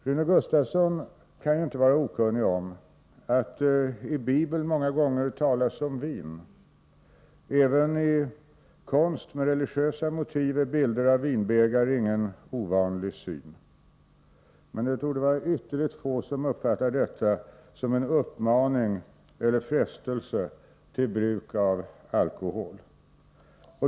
Rune Gustavsson kan inte vara okunnig om att det i Bibeln många gånger talas om vin. Även i konst med religiösa motiv är bilder av vinbägare ingen ovanlig syn. Men det torde vara ytterligt få som uppfattar detta som en uppmaning eller frestelse till bruk av alkohol.